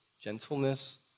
gentleness